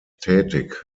tätig